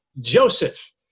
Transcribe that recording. Joseph